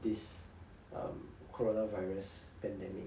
this um coronavirus pandemic